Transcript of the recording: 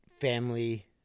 family